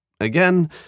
Again